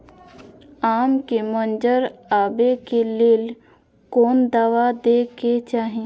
आम के मंजर आबे के लेल कोन दवा दे के चाही?